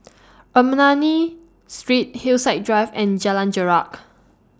Ernani Street Hillside Drive and Jalan Jarak